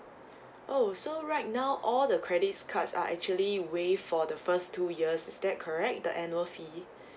oh so right now all the credits cards are actually waive for the first two years is that correct the annual fee